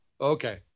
Okay